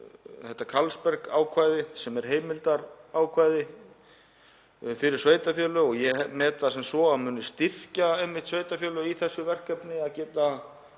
þetta Carlsberg-ákvæði sem er heimildarákvæði fyrir sveitarfélög og ég met það sem svo að muni styrkja einmitt sveitarfélög í þessu verkefni, að geta